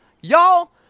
Y'all